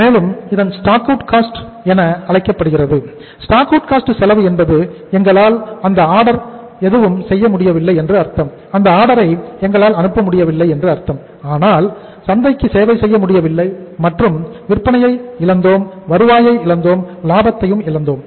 மேலும் stock out cost ஐ எங்களால் அனுப்ப முடியவில்லை அதனால் சந்தைக்கு சேவை செய்ய முடியவில்லை மற்றும் விற்பனை இழந்தோம் வருவாய் இழுந்தோம் லாபத்தையும் இழுந்தோம்